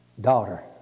daughter